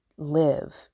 Live